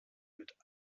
mit